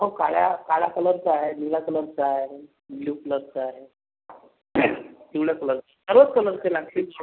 हो काळ्या काला कलरचा आहे निळ्या कलरचा आहे ब्ल्यु कलरचा आहे पिवळ्या कलरचा सर्व कलरचे लागतील